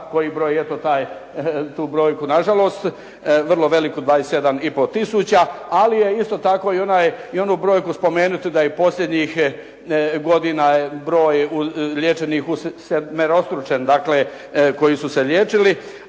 koji broji eto tu brojku nažalost vrlo veliku 27,5 tisuća ali je isto tako i onu brojku spomenuti da je posljednjih godina je broj liječenih usedmerostručen koji su se liječili,